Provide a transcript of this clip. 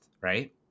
right